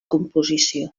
composició